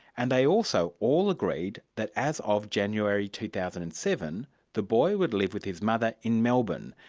and they also all agreed that as of january two thousand and seven the boy would live with his mother in melbourne,